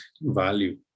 value